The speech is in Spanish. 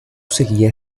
seguía